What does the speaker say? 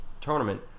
tournament